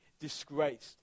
disgraced